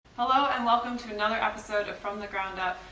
hello and welcome to another episode of from the ground up,